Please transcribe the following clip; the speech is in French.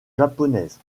japonaise